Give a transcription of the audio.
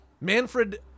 Manfred